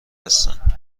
هستن